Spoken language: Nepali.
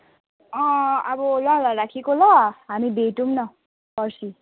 अँ अब ल ल राखेको ल हामी भेटौँ न पर्सि